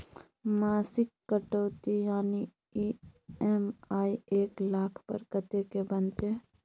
मासिक कटौती यानी ई.एम.आई एक लाख पर कत्ते के बनते?